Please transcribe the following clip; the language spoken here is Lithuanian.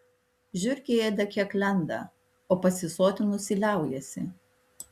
žiurkė ėda kiek lenda o pasisotinusi liaujasi